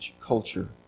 culture